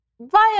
via